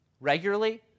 Regularly